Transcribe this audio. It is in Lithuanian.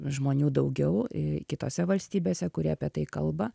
žmonių daugiau i kitose valstybėse kurie apie tai kalba